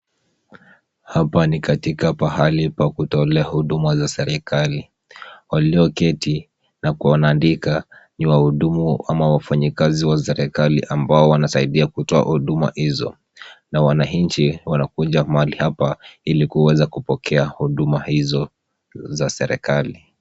Hapa ni katika pahali pa kutolea huduma za serikali. Walioketi na wanaandika ni wa hudumu ama wafanyikazi wa serikali ambao wanasaidia kutoa huduma hizo na wananchi wanakuja mahali hapa ili kuweza kupokea huduma hizo za serikali.